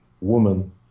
woman